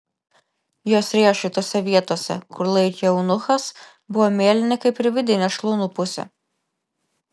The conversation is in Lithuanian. jos riešai tose vietose kur laikė eunuchas buvo mėlyni kaip ir vidinė šlaunų pusė